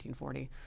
1940